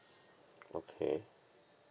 okay